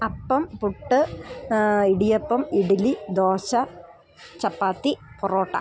അപ്പം പുട്ട് ഇടിയപ്പം ഇഡലി ദോശ ചപ്പാത്തി പൊറോട്ട